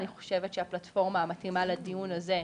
אני חושבת שהפלטפורמה המתאימה לדיון הזה,